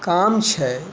काम छै